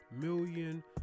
million